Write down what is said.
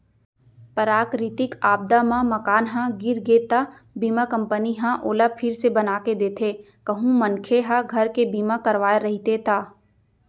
पराकरितिक आपदा म मकान ह गिर गे त बीमा कंपनी ह ओला फिर से बनाके देथे कहूं मनखे ह घर के बीमा करवाय रहिथे ता